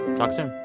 talk soon